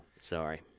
Sorry